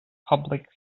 public